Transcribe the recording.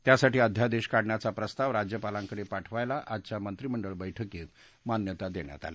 त्यासाठी अध्यादेश काढण्याचा प्रस्ताव राज्यपालांकडे पाठवायला आजच्या मंत्रिमंडळ बैठकीत मान्यता देण्यात आली